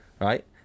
Right